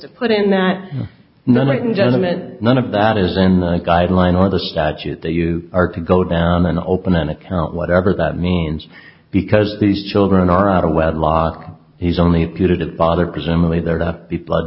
to put in that night and gentleman none of that is in the guide line or the statute that you are to go down and open an account whatever that means because these children are out of wedlock and he's only putative father presumably there to be blood